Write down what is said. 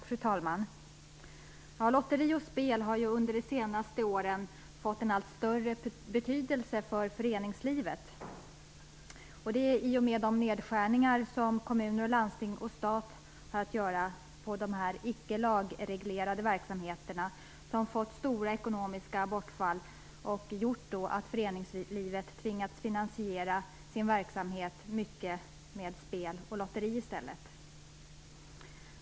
Fru talman! Lotteri och spel har under de senaste åren fått en allt större betydelse för föreningslivet. I och med de nedskärningar som kommuner, landsting och stat har gjort på dessa icke lagreglerade verksamheter har de fått stora ekonomiska bortfall som gjort att föreningslivet till stor del tvingats finansiera sin verksamhet med spel och lotterier.